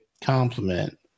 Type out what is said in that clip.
compliment